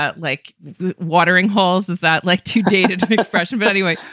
ah like watering holes. is that like two dated expression but anyway,